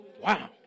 Wow